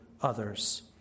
others